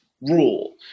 rule